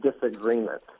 disagreement